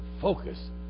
focus